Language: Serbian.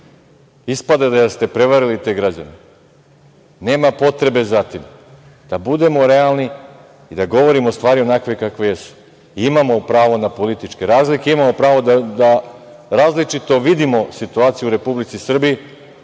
ispada da ste prevarili te građane. Nema potrebe za tim. Budimo realni i da govorimo stvari onakve kakve jesu. Imamo pravo na političke razlike, imamo pravo da različito vidimo situaciju u Republici Srbiji,